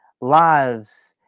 lives